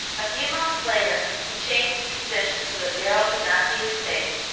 a few moments later, he changed his position so that darrell could not see his face,